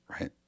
right